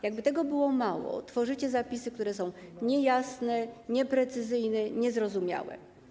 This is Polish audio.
Jakby tego było, mało tworzycie zapisy, które są niejasne, nieprecyzyjne i niezrozumiałe.